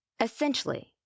Essentially